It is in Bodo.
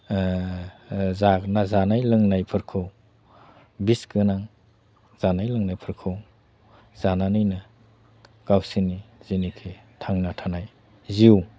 जानाय लोंनायफोरखौ बिस गोनां जानाय लोंनायफोरखौ जानानैनो गावसोरनि जेनोखि थांना थानाय जिउ